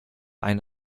ein